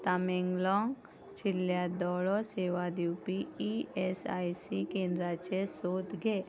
तामेंगलो जिल्ल्यांत दोळो सेवा दिवपी ई एस आय सी केंद्राचे सोद घे